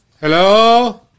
Hello